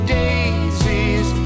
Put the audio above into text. daisies